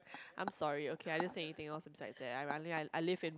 I'm sorry okay I don't say anything else beside that I I live in